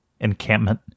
encampment